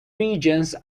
regions